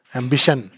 ambition